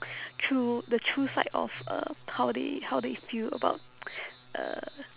true the true side of uh how they how they feel about uh